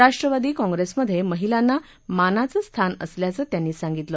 राष्ट्रवादी काँप्रेसमधे महिलांना मानाचं स्थान असल्याचं त्यांनी सांगितलं